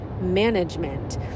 management